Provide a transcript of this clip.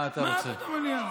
מה פתאום במליאה?